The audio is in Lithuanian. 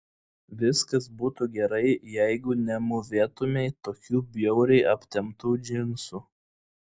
viskas būtų gerai jeigu nemūvėtumei tokių bjauriai aptemptų džinsų